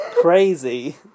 Crazy